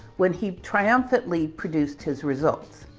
when he triumphantly produced his results.